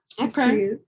okay